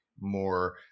more